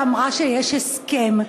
שאמרה שיש הסכם.